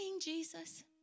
Jesus